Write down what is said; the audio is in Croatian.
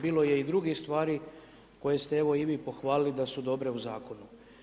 Bilo je i drugih stvari, koje ste evo i vi pohvalili da su dobre u zakonu.